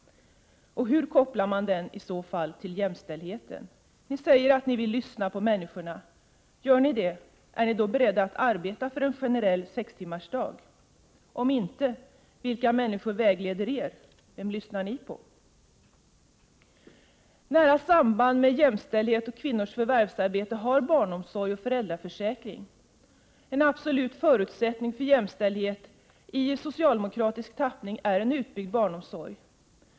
Hur kopplar man den i så fall till jämställdheten? Ni säger att ni vill lyssna på människorna. Gör ni det, och är ni beredda att arbeta för en generell sextimmarsdag? Om inte, vilka människor vägleder er? Vem lyssnar ni på? Nära samband mellan jämställdhet och kvinnors förvärvsarbete har barnomsorg och föräldraförsäkring. En absolut förutsättning för jämställdhet i socialdemokratisk tappning är en utbyggd barnomsorg.